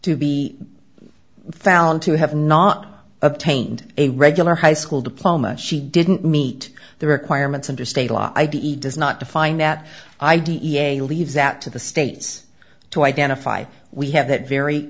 to be found to have not obtained a regular high school diploma she didn't meet the requirements under state law i d e a does not define at i d e a leaves out to the states to identify we have that very